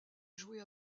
jouées